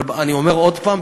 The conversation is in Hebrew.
אבל אני אומר עוד פעם,